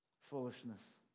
Foolishness